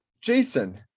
Jason